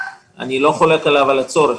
אני לא חולק על הצורך,